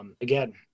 Again